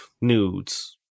nudes